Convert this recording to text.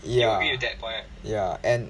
ya ya and